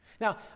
Now